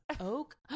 oak